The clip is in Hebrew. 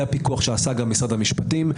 זה הפיקוח שעשה משרד המשפטים.